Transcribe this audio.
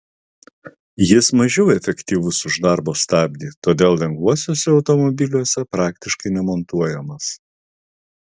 jis mažiau efektyvus už darbo stabdį todėl lengvuosiuose automobiliuose praktiškai nemontuojamas